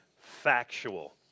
factual